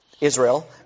Israel